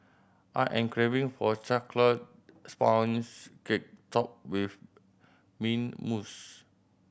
I am craving for a chocolate sponge cake topped with mint mousse